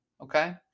Okay